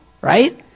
right